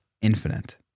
infinite